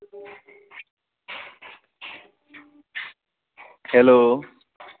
hello